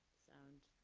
sound.